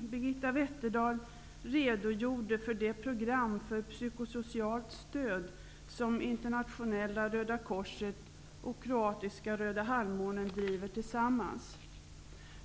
Birgitta Wetterdahl redogjorde för det program för psykosocialt stöd som internationella Röda korset och kroatiska röda halvmånen driver tillsammans.